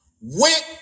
Went